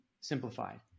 simplified